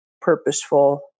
purposeful